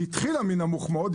היא התחילה ב-2015 מנמוך מאוד,